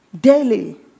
Daily